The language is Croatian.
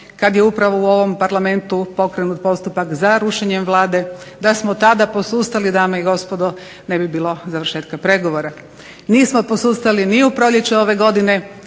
kad je upravo u ovom Parlamentu pokrenut postupak za rušenjem Vlade da smo tada posustali dame i gospodo ne bi bilo završetka pregovora. Nismo posustali ni u proljeće ove godine,